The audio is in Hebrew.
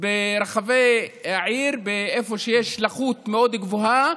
ברחבי העיר, איפה שיש לחות מאוד גבוהה,